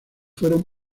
fueron